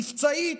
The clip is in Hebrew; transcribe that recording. מבצעית,